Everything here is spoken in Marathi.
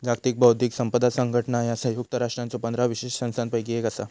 जागतिक बौद्धिक संपदा संघटना ह्या संयुक्त राष्ट्रांच्यो पंधरा विशेष संस्थांपैकी एक असा